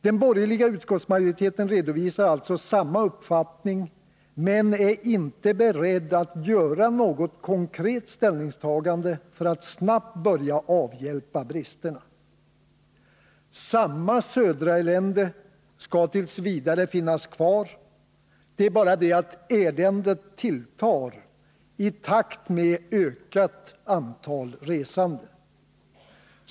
Den borgerliga utskottsmajoritetén redovisar alltså samma uppfattning men är inte beredd att göra något konkret ställningstagande för att snabbt börja avhjälpa bristerna. Samma ”Södraelände” skallt. v. finnas kvar — det är bara det att eländet tilltar i takt med ökat antal resande!